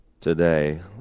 today